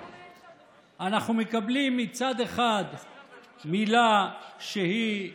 אנחנו מקבלים מצד אחד מילה שהיא,